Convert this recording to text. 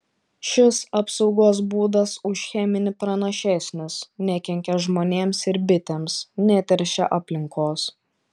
šis apsaugos būdas už cheminį pranašesnis nekenkia žmonėms ir bitėms neteršia aplinkos